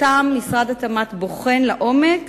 ומשרד התמ"ת בוחן אותן לעומק